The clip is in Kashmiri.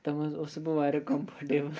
تَتھ منٛز اوسُس بہٕ واریاہ کَمفٲٹیبٕل